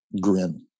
grin